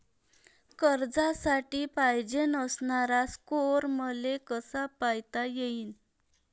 कर्जासाठी पायजेन असणारा स्कोर मले कसा पायता येईन?